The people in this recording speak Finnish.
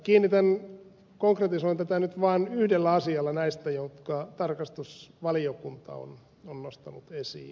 minä konkretisoin tätä nyt vaan yhdellä asialla näistä jotka tarkastusvaliokunta on nostanut esiin